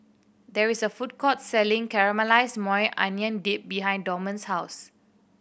there is a food court selling Caramelized Maui Onion Dip behind Dorman's house